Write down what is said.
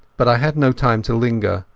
but i had no time to linger,